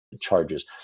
charges